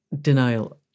denial